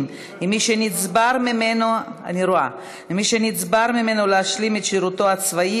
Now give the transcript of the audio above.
עם מי שנבצר ממנו להשלים את שירותו הצבאי),